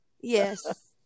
Yes